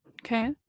Okay